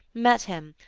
met him,